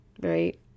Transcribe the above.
right